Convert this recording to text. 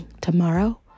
Tomorrow